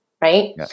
right